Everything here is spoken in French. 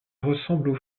ressemblent